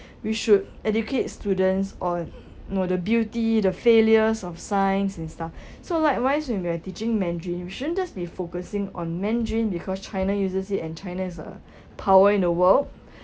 we should educate students on know the beauty the failures of science and stuff so likewise when we're teaching mandarin we shouldn't just be focusing on mandarin because china uses it and china's a power in the world